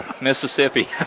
Mississippi